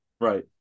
Right